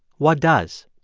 what does?